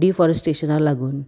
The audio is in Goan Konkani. डिफॉरेस्टेशना लागून